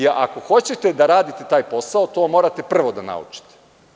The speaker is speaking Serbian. Ako hoćete da radite taj posao, to morate prvo da naučite.